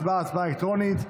הצבעה היא הצבעה אלקטרונית.